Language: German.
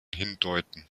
hindeuten